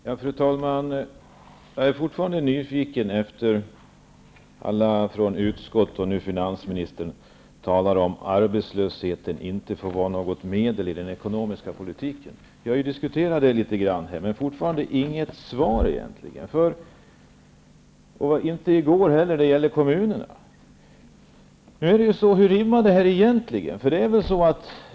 Fru talman! Jag är fortfarande nyfiken efter det att alla från utskottet, och nu också finansministern, har talat om att arbetslösheten inte får vara ett medel i den ekonomiska politiken. Vi har ju diskuterat det litet grand här, men jag får egentligen fortfarande inte något svar. Det fick jag inte i går heller när det gällde kommunerna.